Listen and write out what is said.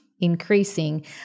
increasing